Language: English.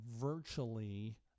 virtually